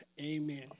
Amen